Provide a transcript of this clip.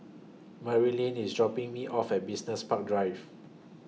Merrily IS dropping Me off At Business Park Drive